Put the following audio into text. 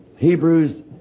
Hebrews